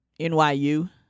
nyu